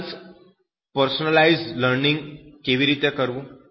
advanced personalised learning કેવી રીતે કરવું